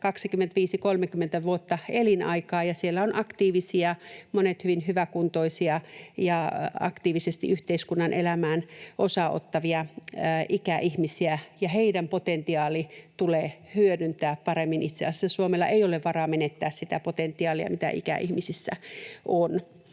25—30 vuotta, elinaikaa. Siellä on aktiivisia, monet hyvin hyväkuntoisia ja aktiivisesti yhteiskunnan elämään osaa ottavia ikäihmisiä, ja heidän potentiaalinsa tulee hyödyntää paremmin. Itse asiassa Suomella ei ole varaa menettää sitä potentiaalia, mitä ikäihmisissä on.